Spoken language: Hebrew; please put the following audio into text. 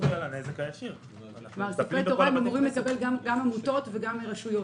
ספרי תורה אמורים לספק גם לעמותות וגם לרשויות.